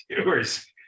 viewers